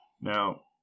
now